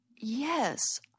Yes